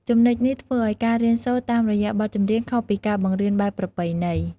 ចំណុចនេះធ្វើឲ្យការរៀនសូត្រតាមរយៈបទចម្រៀងខុសពីការបង្រៀនបែបប្រពៃណី។